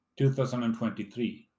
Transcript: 2023